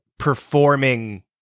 performing